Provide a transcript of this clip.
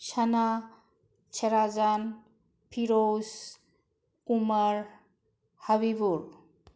ꯁꯅꯥ ꯁꯦꯔꯥꯖꯥꯟ ꯐꯤꯔꯣꯁ ꯀꯨꯃꯥꯔ ꯍꯥꯕꯤꯕꯨꯔ